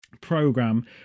Program